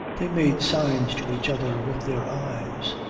they made signs to each other with their eyes.